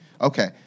okay